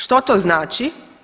Što to znači?